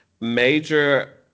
major